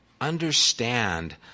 understand